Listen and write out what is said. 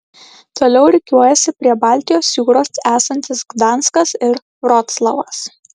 toliau rikiuojasi prie baltijos jūros esantis gdanskas ir vroclavas